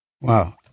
Wow